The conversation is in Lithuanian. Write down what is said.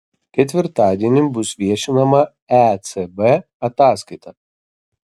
ketvirtadienį bus viešinama ecb ataskaita